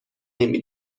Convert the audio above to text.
نمی